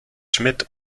schmidt